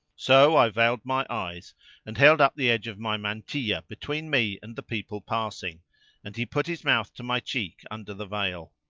so i veiled my eyes and held up the edge of my mantilla between me and the people passing and he put his mouth to my cheek under the veil.